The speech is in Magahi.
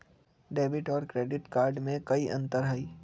डेबिट और क्रेडिट कार्ड में कई अंतर हई?